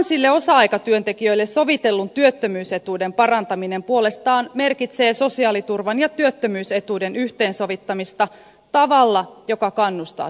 tuhansille osa aikatyöntekijöille sovitellun työttömyysetuuden parantaminen puolestaan merkitsee sosiaaliturvan ja työttömyysetuuden yhteensovittamista tavalla joka kannustaa työntekoon